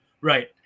Right